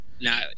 Now